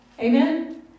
Amen